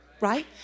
right